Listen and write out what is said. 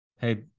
hey